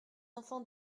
enfants